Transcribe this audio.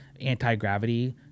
anti-gravity